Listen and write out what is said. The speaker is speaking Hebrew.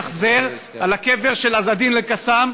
להניח זר על הקבר של עז א-דין אל-קסאם,